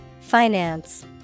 Finance